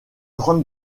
grande